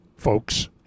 folks